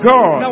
God